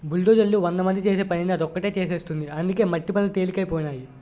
బుల్డోజర్లు వందమంది చేసే పనిని అది ఒకటే చేసేస్తుంది అందుకే మట్టి పనులు తెలికైపోనాయి